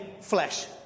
flesh